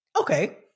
okay